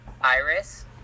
Iris